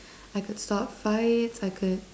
I could stop fights I could